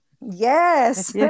Yes